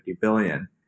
billion